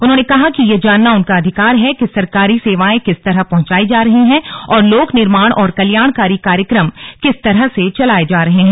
उन्होंने कहा कि यह जानना उनका अधिकार है कि सरकारी सेवायें किस तरह पहुंचाई जा रही हैं और लोक निर्माण और कल्याणकारी कार्यक्रम किस तरह चलाये जा रहे हैं